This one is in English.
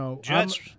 Jets